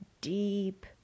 deep